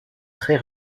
très